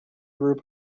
group